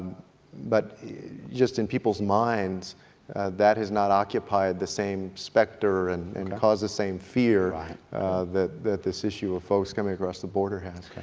but just in people's minds that has not occupied the same specter and and caused the same fear that that this issue of folks coming across the border has.